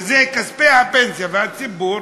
וזה כספי הפנסיה והציבור,